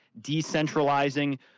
decentralizing